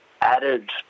added